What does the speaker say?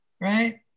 right